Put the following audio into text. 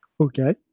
Okay